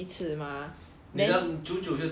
你这样久久是多久